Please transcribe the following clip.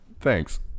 thanks